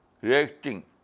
reacting